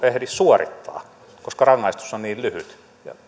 ehdi suorittaa koska rangaistus on niin lyhyt